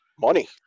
Money